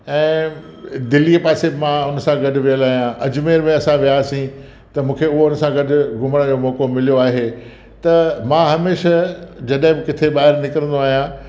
ऐं दिल्ली पासे मां उन सां गॾु वियलु आहियां अजमेर में बि असां वियासीं त मूंखे उहो उन सां गॾु घुमण जो मौक़ो मिलियो आहे त मां हमेशा जॾहिं बि किथे ॿाहिरि निकिरंदो आहियां